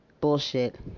Bullshit